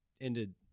Ended